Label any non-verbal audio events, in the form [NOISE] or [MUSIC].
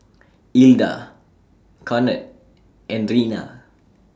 [NOISE] Ilda Conard and Reina